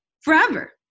forever